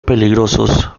peligrosos